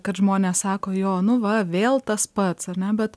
kad žmonės sako jo nu va vėl tas pats ar ne bet